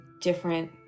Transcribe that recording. different